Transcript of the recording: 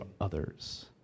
others